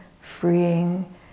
freeing